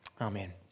Amen